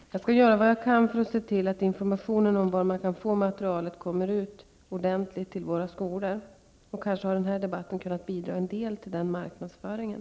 Herr talman! Jag skall göra vad jag kan för att se till att informationen om var man kan få materialet kommer ut ordentligt till våra skolor. Kanske har denna debatt kunnat bidra en del till den marknadsföringen.